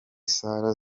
sarah